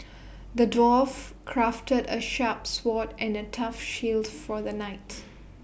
the dwarf crafted A sharp sword and A tough shield for the knight